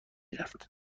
رفت